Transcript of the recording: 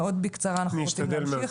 מאוד בקצרה כי אנחנו רוצים להמשיך.